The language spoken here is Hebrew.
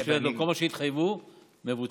אוקיי.